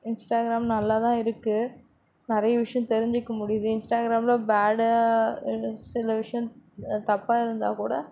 Instagram நல்லாதான் இருக்கு நிறைய விஷயம் தெரிஞ்சுக்க முடியுது இன்ஸ்டாகிராமில் பேடாக சில விஷயம் தப்பாக இருந்தால் கூட